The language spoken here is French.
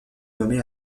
nommé